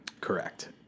Correct